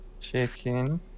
Chicken